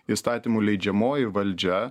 įstatymų leidžiamoji valdžia